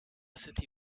city